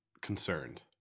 concerned